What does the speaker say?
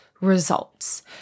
results